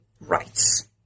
rights